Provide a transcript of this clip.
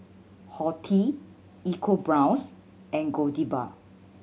Horti EcoBrown's and Godiva